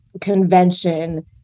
convention